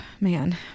man